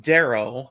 Darrow